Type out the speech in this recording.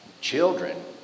children